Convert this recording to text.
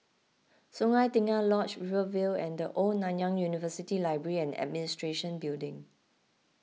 Sungei Tengah Lodge Rivervale and the Old Nanyang University Library and Administration Building